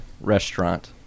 restaurant